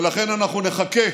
ולכן אנחנו נחכה,